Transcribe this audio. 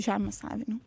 žemės savininku